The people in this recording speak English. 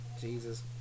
Jesus